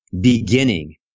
beginning